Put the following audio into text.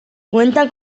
cuenta